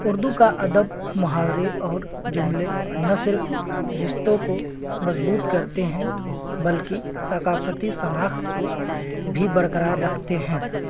اردو کا ادب محاورے اور جملے نہ صرف رشستوں کو مضبوط کرتے ہیں بلکہ ثقافتی شناخت کو بھی برقرار رکھتے ہیں